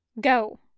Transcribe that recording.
Go